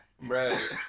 Right